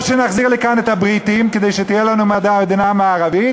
או שנחזיר לכאן את הבריטים כדי שתהיה לנו מדינה מערבית